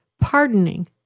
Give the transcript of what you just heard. pardoning